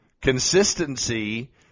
Consistency